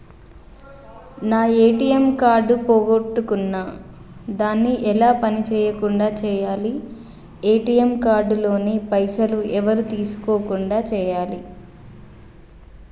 నా ATM card పోగొట్టుకున్నా దాన్ని ఎలా పని చేయకుండా చేయాలి ఏ.టి.ఎమ్ కార్డు లోని పైసలు ఎవరు తీసుకోకుండా చేయాలి?